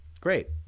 great